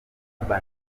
urban